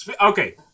Okay